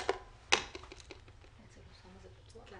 המוסדות הארציים וגם של מוסדות מחוזיים,